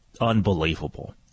Unbelievable